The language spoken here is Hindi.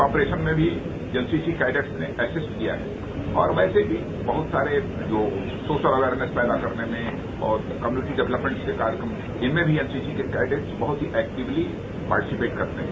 ऑपरेशन में भी एनसीसी कैडेट्स ने एक्सिस्ट किया है और वैसे भी बहुत सारे लोग सोशल अवेयरनेस पैदा करने में और कम्युनिटी डवलेपमेंट के कार्यक्रम इनमें भी एनसीसी के कैडेट्स बहुत ही एक्टिवली पार्टिसिपेट करते हैं